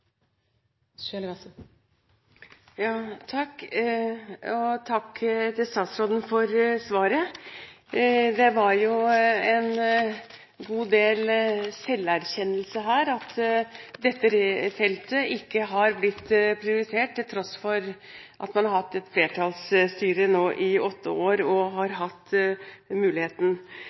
enda bedre. Takk til statsråden for svaret. Det var jo en god del selverkjennelse her – at dette feltet ikke har blitt prioritert, til tross for at man i snart åtte år har hatt et flertallsstyre og har hatt muligheten.